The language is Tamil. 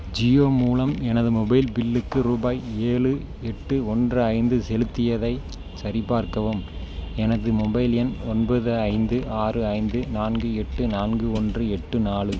ஜியோ மூலம் எனது மொபைல் பில்லுக்கு ரூபாய் ஏழு எட்டு ஒன்று ஐந்து செலுத்தியதைச் சரிபார்க்கவும் எனது மொபைல் எண் ஒன்பது ஐந்து ஆறு ஐந்து நான்கு எட்டு நான்கு ஒன்று எட்டு நாலு